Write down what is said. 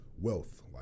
wealth